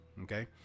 okay